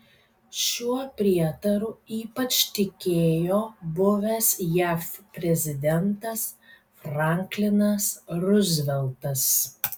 šiuo prietaru ypač tikėjo buvęs jav prezidentas franklinas ruzveltas